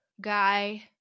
guy